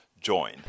join